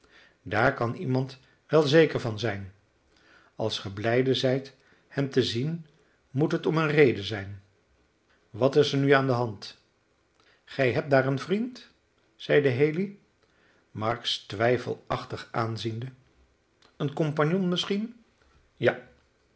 daar kan iemand wel zeker van zijn als ge blijde zijt hem te zien moet het om een reden zijn wat is er nu aan de hand gij hebt daar een vriend zeide haley marks twijfelachtig aanziende een compagnon misschien ja